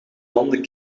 landen